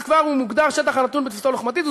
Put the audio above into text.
אז כבר הוא מוגדר שטח שנתון בתפיסה לוחמתית.